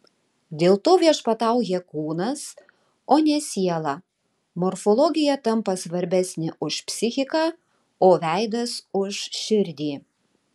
dėl to viešpatauja kūnas o ne siela morfologija tampa svarbesnė už psichiką o veidas už širdį